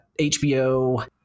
hbo